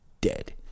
dead